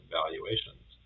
valuations